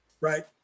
right